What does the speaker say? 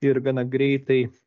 ir gana greitai